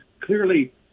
clearly